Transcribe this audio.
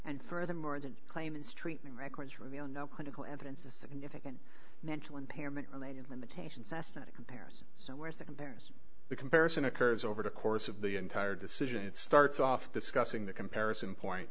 and furthermore don't claim is treatment records reveal no clinical evidence of significant mental impairment related limitations that's not a comparison so where's the comparison the comparison occurs over the course of the entire decision it starts off discussing the comparison point